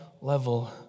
level